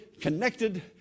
connected